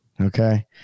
Okay